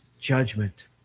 judgment